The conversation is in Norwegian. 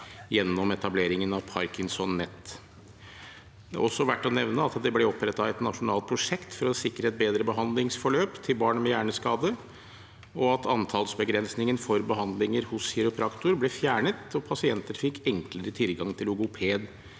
gjennom etableringen av ParkinsonNet. Det er også verdt å nevne at det ble opprettet et nasjonalt prosjekt for å sikre et bedre behandlingsforløp til barn med hjerneskade, og at antallsbegrensningen for behandlinger hos kiropraktor ble fjernet. Og pasienter fikk enklere tilgang til logoped